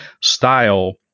style